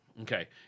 Okay